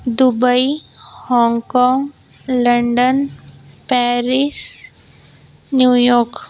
Dubai Hong Kong London Paris New York